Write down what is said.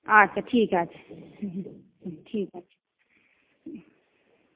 আচ্ছা ঠিক আছে হুম হুম ঠিক আছে